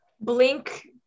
Blink